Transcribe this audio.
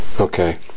Okay